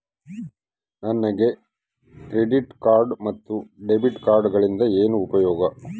ನಮಗೆ credit card ಮತ್ತು debit ಕಾರ್ಡುಗಳಿಂದ ಏನು ಉಪಯೋಗ?